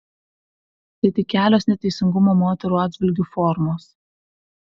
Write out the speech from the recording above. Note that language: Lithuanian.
tai tik kelios neteisingumo moterų atžvilgiu formos